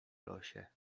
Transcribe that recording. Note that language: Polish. losie